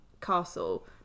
castle